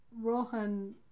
Rohan